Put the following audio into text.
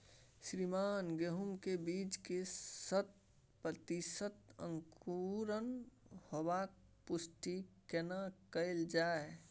श्रीमान गेहूं के बीज के शत प्रतिसत अंकुरण होबाक पुष्टि केना कैल जाय?